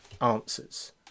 answers